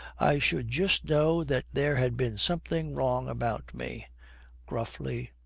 i should just know that there had been something wrong about me gruffly,